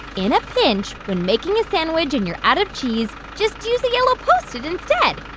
in a pinch, when making a sandwich and you're out of cheese, just use the yellow post-it instead